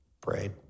prayed